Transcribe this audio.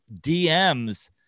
dms